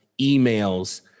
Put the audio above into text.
emails